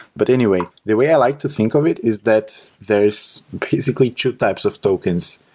but anyway, the way i like to think of it is that there's basically two types of tokens,